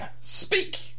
Speak